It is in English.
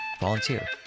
volunteer